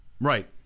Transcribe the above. Right